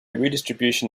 redistribution